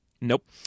Nope